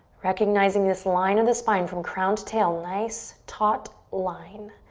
recognizing this line of the spine from crown to tail, nice taut line.